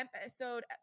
episode